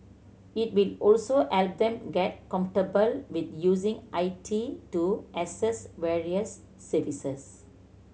it will also help them get comfortable with using I T to access various services